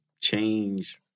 change